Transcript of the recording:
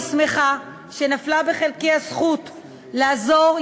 ואני שמחה שנפלה בחלקי הזכות לעזור,